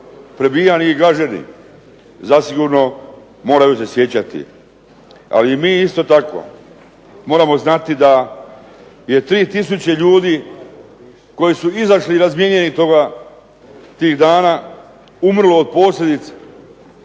prebijani i gaženi moraju se sjećati. Ali mi isto tako moramo znati da je tri tisuće koji su izašli ... toga tih dana umrlo od posljedica.